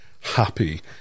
happy